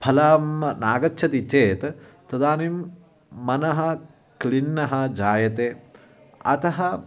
फलं नागच्छति चेत् तदानीं मनः क्लिन्नं जायते अतः